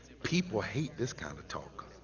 people hate this kind of talk